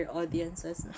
audiences